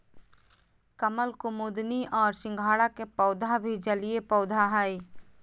कमल, कुमुदिनी और सिंघाड़ा के पौधा भी जलीय पौधा हइ